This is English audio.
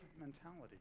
mentality